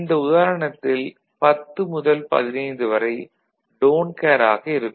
இந்த உதாரணத்தில் 10 முதல் 15 வரை டோன்ட் கேர் ஆக இருக்கும்